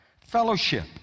Fellowship